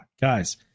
guys